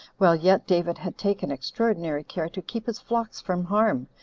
while yet david had taken extraordinary care to keep his flocks from harm,